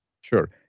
Sure